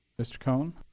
mr. cohen?